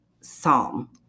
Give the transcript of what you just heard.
psalm